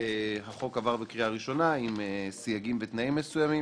עם סייגים ותנאים מסוימים.